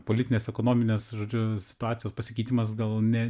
politinės ekonominės žodžiu situacijos pasikeitimas gal ne